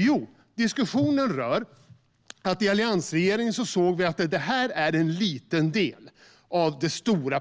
Jo, den rör att vi i alliansregeringen såg